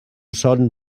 son